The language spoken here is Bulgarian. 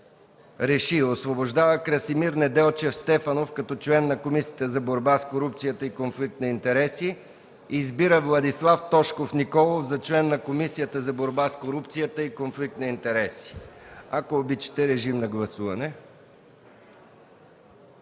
1. Освобождава Красимир Неделчев Стефанов като член на Комисията за борба с корупцията и конфликт на интереси. 2. Избира Владислав Тошков Николов за член на Комисията за борба с корупцията и конфликт на интереси.” Ако обичате, режим на гласуване.